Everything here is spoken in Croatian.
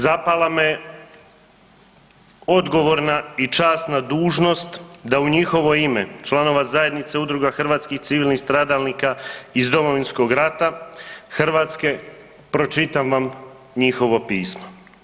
Zapala me odgovorna i časna dužnost da u njihovo ime članova Zajednice udruga hrvatskih civilnih stradalnika iz Domovinskog rata Hrvatske pročitam vam njihovo pismo.